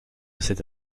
cette